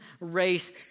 race